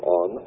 on